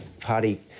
party